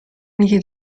uniti